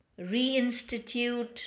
reinstitute